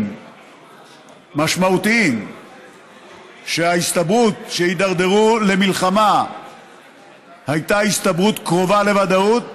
משמעותיים שההסתברות שייתדרדרו למלחמה הייתה הסתברות קרובה לוודאות,